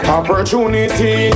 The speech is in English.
opportunity